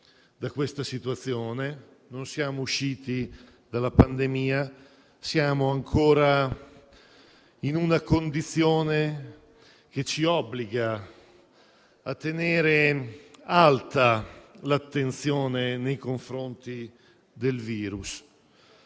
da questa situazione, non siamo usciti dalla pandemia, siamo ancora in una condizione che ci obbliga a tenere alta l'attenzione nei confronti del virus.